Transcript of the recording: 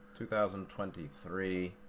2023